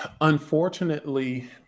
unfortunately